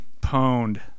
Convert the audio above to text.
Pwned